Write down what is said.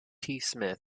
smythe